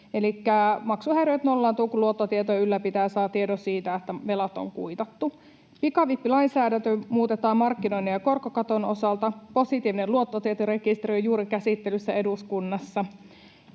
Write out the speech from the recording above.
maksuhäiriöt nollaantuvat, kun luottotietojen ylläpitäjä saa tiedon siitä, että velat on kuitattu. Pikavippilainsäädäntö muutetaan markkinoinnin ja korkokaton osalta. Positiivinen luottotietorekisteri on juuri käsittelyssä eduskunnassa.